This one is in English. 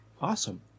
Awesome